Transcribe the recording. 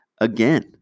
again